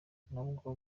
nabwo